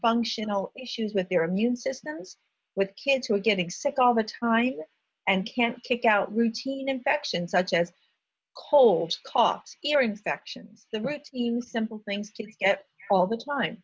functional issues with their immune systems with kids who are getting sick all the time and can't take out routine infections such as colds cough ear infection so routine simple things to get all the time